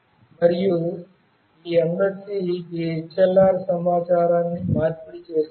మరియు ఈ MSC ఈ HLR తో సమాచారాన్ని మార్పిడి చేస్తుంది